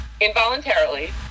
involuntarily